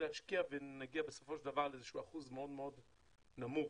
להשקיע ונגיע בסופו של דבר לאיזה שהוא אחוז מאוד מאוד נמוך